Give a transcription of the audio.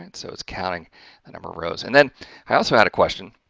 and so, it's counting the number of rows. and then i also had a question